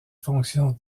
fonctions